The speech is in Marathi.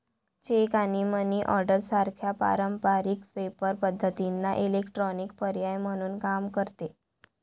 चेक आणि मनी ऑर्डर सारख्या पारंपारिक पेपर पद्धतींना इलेक्ट्रॉनिक पर्याय म्हणून काम करते